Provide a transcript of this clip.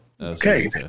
Okay